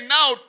Now